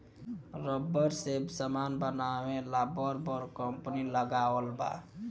rubber से समान बनावे ला बर बर कंपनी लगावल बा